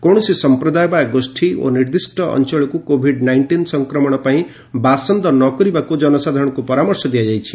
କୌଣସି ସଫପ୍ରଦାୟ ବା ଗୋଷ୍ଠୀ ଓ ନିର୍ଦ୍ଦିଷ୍ଟ ଅଞ୍ଚଳକୁ କୋଭିଡ୍ ନାଇଷ୍ଟିନ୍ ସଂକ୍ରମଣ ପାଇଁ ବାସନ୍ଦ ନ କରିବାକୁ ଜନସାଧାରଣଙ୍କୁ ପରାମର୍ଶ ଦିଆଯାଇଛି